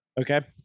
Okay